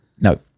no